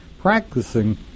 practicing